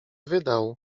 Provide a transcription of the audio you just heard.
wydał